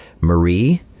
Marie